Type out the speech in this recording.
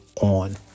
on